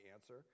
answer